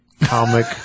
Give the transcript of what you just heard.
Comic